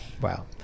Wow